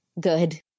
Good